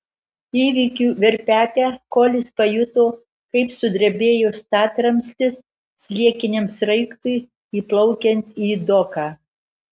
įvykių verpete kolis pajuto kaip sudrebėjo statramstis sliekiniam sraigtui įplaukiant į doką